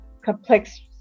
complex